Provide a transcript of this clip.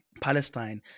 Palestine